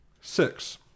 Six